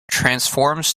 transforms